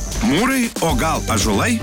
mūrai o gal ąžuolai